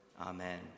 Amen